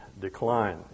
decline